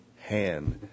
hand